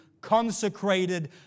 consecrated